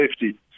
safety